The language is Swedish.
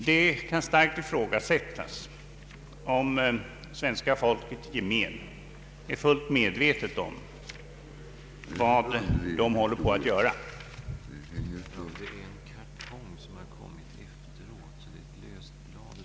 Det kan starkt ifrågasättas om svenska folket i gemen är fullt medvetet om vad man håller på att göra.